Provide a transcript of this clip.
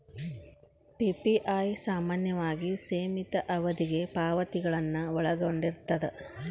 PPI ಸಾಮಾನ್ಯವಾಗಿ ಸೇಮಿತ ಅವಧಿಗೆ ಪಾವತಿಗಳನ್ನ ಒಳಗೊಂಡಿರ್ತದ